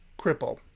cripple